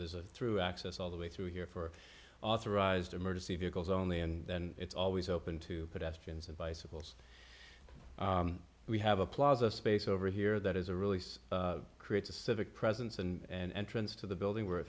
there's a through access all the way through here for authorized emergency vehicles only and then it's always open to pedestrians and bicycles we have a plaza space over here that is a really creates a civic presence and entrance to the building where